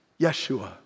Yeshua